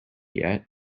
yet